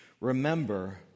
Remember